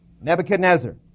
Nebuchadnezzar